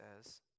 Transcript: says